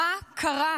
מה קרה?